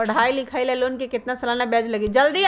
पढाई लिखाई ला लोन के कितना सालाना ब्याज लगी?